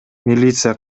милиция